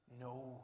No